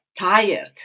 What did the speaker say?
Tired